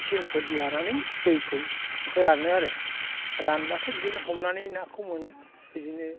थिंफोर लानानै दैखौ फोरानो आरो रानबाथाय बिदिनो हमनानै नाखौ मोनो बिदिनो